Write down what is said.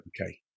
okay